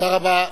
תודה רבה.